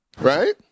right